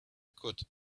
could